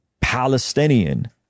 Palestinian